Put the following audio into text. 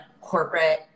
corporate